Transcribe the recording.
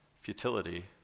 futility